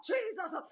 Jesus